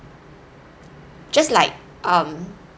just like um